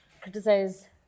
criticize